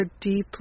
deeply